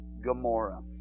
Gomorrah